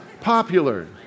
popular